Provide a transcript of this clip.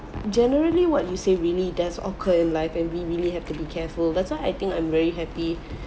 generally what you say really does occur in life and we really have to be careful that's why I think I'm very happy